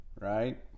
right